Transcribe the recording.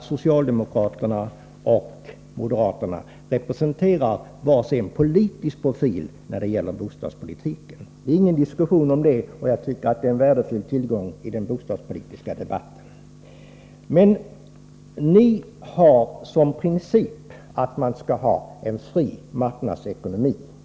Socialdemokraterna och moderaterna representerar var sin politisk profil när det gäller bostadspolitiken — det råder ingen tvekan om det — och jag tycker att det är en värdefull tillgång i den bostadspolitiska debatten. Men ni har som princip att man skall ha en fri marknadsekonomi.